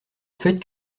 fait